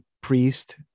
priest